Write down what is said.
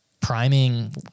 priming